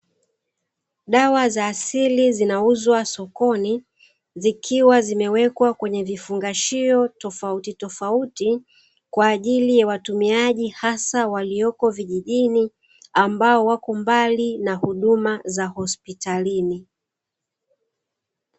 Dawa za asili zinauzwa sokoni, zikiwa zimewekwa kwenye vifungashio tofautitofauti, kwa ajili ya watumiaji hasa walioko vijijini, ambao wako mbali na huduma za hospitalini.